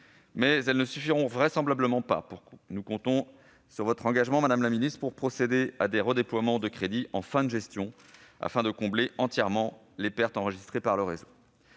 mais elles ne suffiront vraisemblablement pas. Nous comptons sur votre engagement, madame la ministre, pour procéder à des redéploiements de crédits en fin de gestion afin de combler entièrement les pertes enregistrées par le réseau.